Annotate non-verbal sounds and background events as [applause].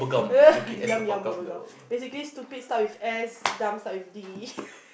err yum yum bubblegum basically stupid starts with S dumb starts with D [laughs]